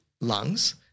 lungs